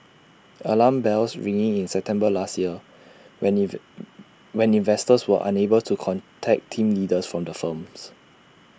alarm bells ringing in September last year when when investors were unable to contact team leaders from the firms